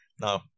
No